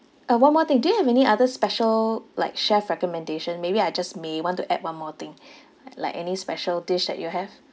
uh one more thing do you have any other special like chef recommendation maybe I just may want to add one more thing like any special dish that you have